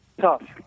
tough